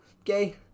Okay